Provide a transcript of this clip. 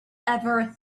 ever